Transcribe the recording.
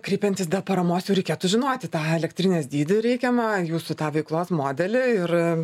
kreipiantis dėl paramos jau reikėtų žinoti tą elektrinės dydį reikiamą jūsų tą veiklos modelį ir